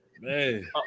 man